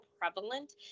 prevalent